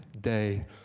day